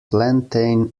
plantain